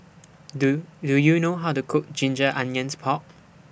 Do Do YOU know How to Cook Ginger Onions Pork